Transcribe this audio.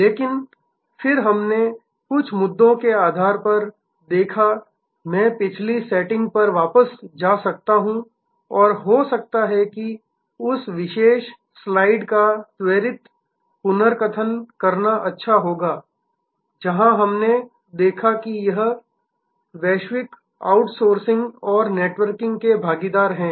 लेकिन फिर हमने कुछ मुद्दों के आधार पर देखा मैं पिछली सेटिंग पर वापस जा सकता हूं और हो सकता है कि उस विशेष स्लाइड का त्वरित पुनर्कथन करना अच्छा होगा जहां हमने देखा कि यह वैश्विक आउटसोर्सिंग और नेटवर्किंग के भागीदार है